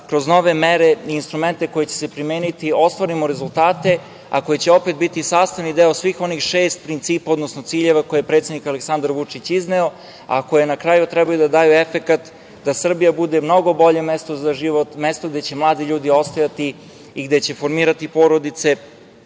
kroz nove mere i instrumente koje će se primeniti ostvarimo rezultate, a koji će opet biti sastavni deo svih onih šest principa, odnosno ciljeva koje je predsednik Aleksandar Vučić izneo, a koje na kraju trebaju da daju efekat da Srbija bude mnogo bolje mesto za život, mesto gde će mladi ljudi ostajati i gde će formirati porodice,